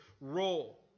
role